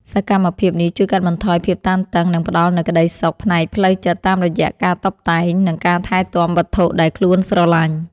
សកម្មភាពនេះជួយកាត់បន្ថយភាពតានតឹង និងផ្ដល់នូវក្ដីសុខផ្នែកផ្លូវចិត្តតាមរយៈការតុបតែង និងការថែទាំវត្ថុដែលខ្លួនស្រឡាញ់។